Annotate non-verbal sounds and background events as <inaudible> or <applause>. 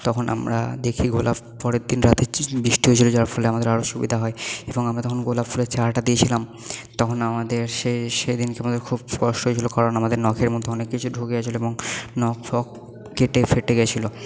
তখন আমরা দেখি গোলাপ পরের দিন রাতে <unintelligible> বৃষ্টি হয়েছিলো যার ফলে আমাদের আরও সুবিধা হয় এবং আমরা তখণ গোলাপ ফুলের চারাটা দিয়েছিলাম তখন আমাদের সে সেদিনকে আমাদের খুব কষ্ট হয়েছিলো কারণ আমাদের নখের মধ্যে অনেক কিছু ঢুকে গেছিলো এবং নখ ফোক কেটে ফেটে গেছিলো